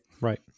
Right